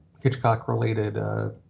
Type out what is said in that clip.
Hitchcock-related